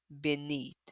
beneath